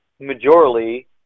majorly